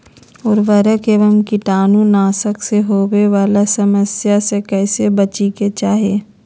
उर्वरक एवं कीटाणु नाशक से होवे वाला समस्या से कैसै बची के चाहि?